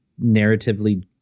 narratively